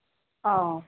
ᱚ